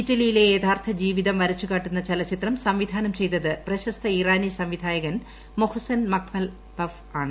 ഇറ്റലിയിലെ യക്കാർത്ഥ് ജീവിതം വരച്ചു കാട്ടുന്ന ചലച്ചിത്രം സംവിധാനം ചെയ്തത്ക് പ്രശസ്ത ഇറാനി സംവിധായകൻ മൊഹ്സൻമഖ്മൽ ബഫ് ആണ്